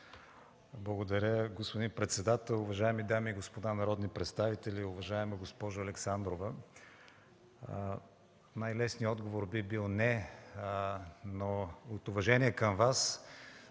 Благодаря, господин председател. Уважаеми дами и господа народни представители, уважаема госпожо Александрова! Най-лесният отговор би бил „не”, но от уважение към Вас,